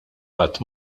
qatt